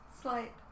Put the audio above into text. slight